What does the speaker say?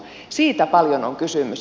siitä paljon on kysymys